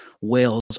whales